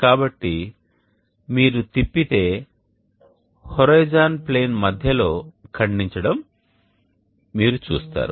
కాబట్టి మీరు తిప్పితే హోరిజోన్ ప్లేన్ మధ్యలో ఖండించడం మీరు చూస్తారు